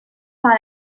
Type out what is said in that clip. par